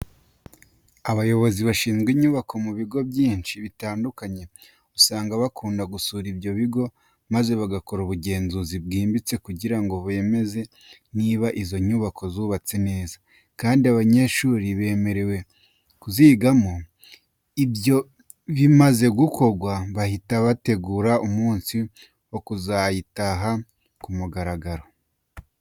Abayobozi bashinzwe inyubako mu bigo byinshi bitandukanye, usanga bakunda gusura ibyo bigo maze bagakora ubugenzuzi bwimbitse kugira ngo bemeze niba izo nyubako zubatse neza, kandi ko abanyeshuri bemerewe kuzigiramo. Iyo ibyo bimaze gukorwa, bahita bategura umunsi wo kuzayitaha ku mugaragaro.